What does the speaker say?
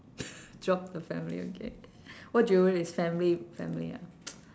drop the family okay what do you is family family ah